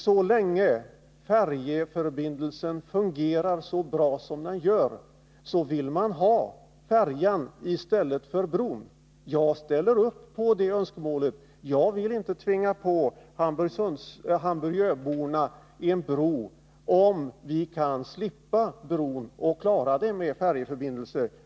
Så länge färjeförbindelsen fungerär så bra som den nu gör vill man ha färjan i stället för bron. Jag ställer upp bakom det önskemålet. Jag vill inte tvinga på Hamburgöborna en bro, om vi kan slippa bron och klara det med färjeförbindelsen.